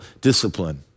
discipline